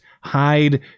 hide